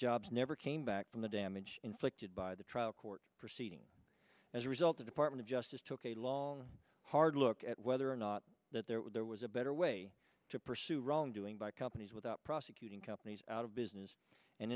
jobs never came back from the damage inflicted by the trial court proceedings as a result the department of justice took a long hard look at whether or not that there was a better way to pursue wrongdoing by companies with up prosecuting companies out of business and